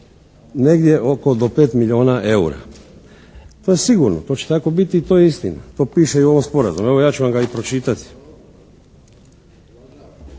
negdje oko do 5 milijuna eura. To je sigurno i to će tako biti i to je istina. To piše i u ovom sporazumu. Evo ja ću vam ga i pročitati.